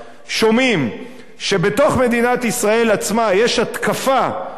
שומעים שבתוך מדינת ישראל עצמה יש התקפה על